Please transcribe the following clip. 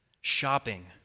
Shopping